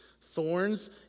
Thorns